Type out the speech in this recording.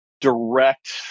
direct